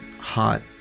hot